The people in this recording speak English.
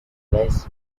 lies